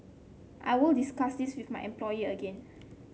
I will discuss this with my employer again